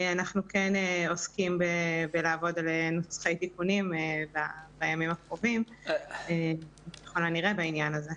אנחנו כן עובדים על נוסחי תיקונים בימים הקרובים בעניין הזה.